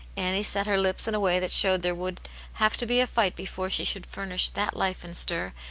annie set her lips in a way that showed there would have to be a fight before she should furnish that life and stir,